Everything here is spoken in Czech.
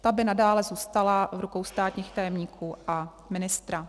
Ta by nadále zůstala v rukou státních tajemníků a ministra.